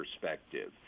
perspective